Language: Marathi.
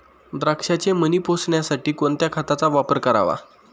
द्राक्षाचे मणी पोसण्यासाठी कोणत्या खताचा वापर करावा?